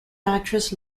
actress